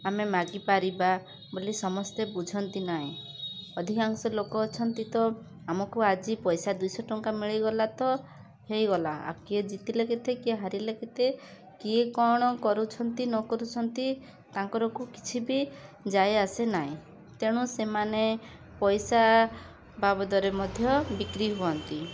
ଆମେ ମାଗିପାରିବା ବୋଲି ସମସ୍ତେ ବୁଝନ୍ତି ନାହିଁ ଅଧିକାଂଶ ଲୋକ ଅଛନ୍ତି ତ ଆମକୁ ଆଜି ପଇସା ଦୁଇ ଶହ ଟଙ୍କା ମିଳିଗଲା ତ ହେଇଗଲା କିଏ ଜିତିଲେ କେତେ କିଏ ହାରିଲେ କେତେ କିଏ କ'ଣ କରୁଛନ୍ତି ନ କରୁଛନ୍ତି ତାଙ୍କର କୁ କିଛି ବି ଯାଏ ଆସେ ନାହିଁ ତେଣୁ ସେମାନେ ପଇସା ବାବଦ ରେ ମଧ୍ୟ ବିକ୍ରି ହୁଅନ୍ତି